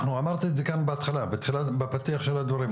אמרתי את זה כאן בהתחלה בפתיח הדברים,